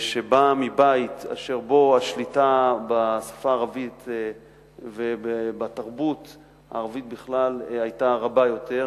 שבא מבית אשר בו השליטה בשפה הערבית ובתרבות הערבית בכלל היתה רבה יותר,